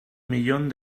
millón